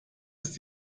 ist